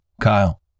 Kyle